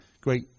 great